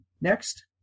Next